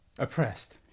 Oppressed